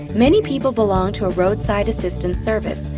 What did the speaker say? many people belong to a roadside-assistance service,